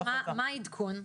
אוקי, אז מה העדכון?